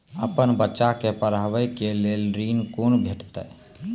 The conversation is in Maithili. अपन बच्चा के पढाबै के लेल ऋण कुना भेंटते?